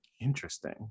Interesting